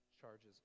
charges